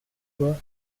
quoi